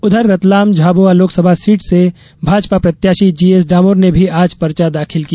उधर रतलाम झाबुआ लोकसभा सीट से भाजपा प्रत्याशी जी एस डामोर ने भी आज पर्चा दाखिल किया